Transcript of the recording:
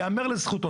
יאמר לזכותו,